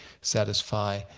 satisfy